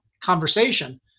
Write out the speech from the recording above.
conversation